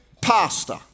pastor